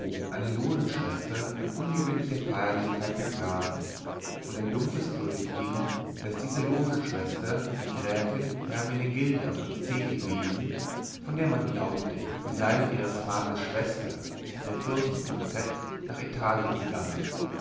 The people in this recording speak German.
eine logenschwester mit ungewöhnlicher feierlichkeit begraben und ein dumpfes gerücht ging daß diese logenschwester die gräfin hermenegilda von c gewesen von der man glaubte sie sei mit ihres vaters schwester der fürstin von z nach italien gegangen